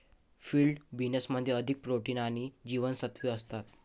field बीन्समध्ये अधिक protein आणि जीवनसत्त्वे असतात